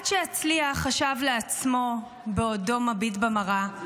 עד שאצליח, חשב לעצמו בעודו מביט במראה,